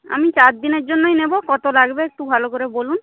আমি চার দিনের জন্যই নেব কত লাগবে একটু ভালো করে বলুন